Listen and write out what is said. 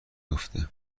افته